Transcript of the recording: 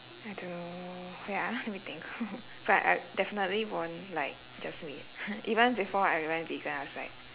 I don't know wait ah let me think but I definitely won't like just meat even before I went vegan I was like